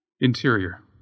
Interior